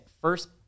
first